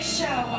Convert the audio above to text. show